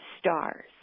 stars